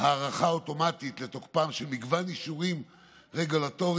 הארכה אוטומטית של תוקפם של מגוון אישורים רגולטוריים,